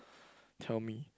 tell me